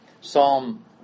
Psalm